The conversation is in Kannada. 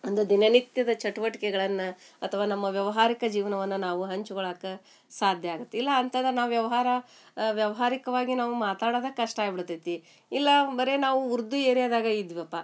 ಒಂದು ದಿನನಿತ್ಯದ ಚಟುವಟಿಕೆಗಳನ್ನ ಅಥವಾ ನಮ್ಮ ವ್ಯವಹಾರಿಕ ಜೀವನವನ್ನು ನಾವು ಹಂಚ್ಕೊಳಕ್ಕೆ ಸಾಧ್ಯ ಆಗತ್ತೆ ಇಲ್ಲ ಅಂತಂದ್ರೆ ನಾವು ವ್ಯವಹಾರ ವ್ಯವಹಾರಿಕವಾಗಿ ನಾವು ಮಾತಾಡೋದು ಕಷ್ಟ ಆಗಿಬಿಡ್ತೈತಿ ಇಲ್ಲ ಬರೇ ನಾವು ಉರ್ದು ಏರಿಯಾದಾಗೆ ಇದ್ವಿ ಅಪ್ಪ